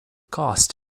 cost